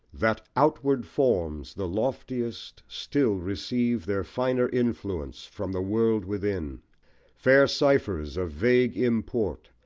that outward forms, the loftiest, still receive their finer influence from the world within fair ciphers of vague import,